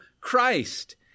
Christ